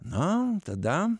na tada